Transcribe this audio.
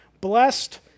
blessed